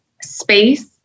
space